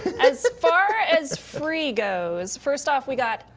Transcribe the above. as far as free goes, first off we got,